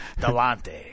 Delante